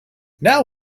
now